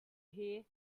here